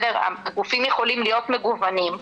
הגופים יכולים להיות מגוונים.